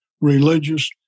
religious